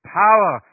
power